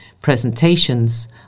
presentations